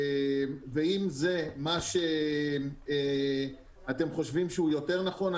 ואם זה מה שאתם חושבים שהוא יותר נכון,